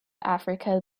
africa